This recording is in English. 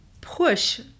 push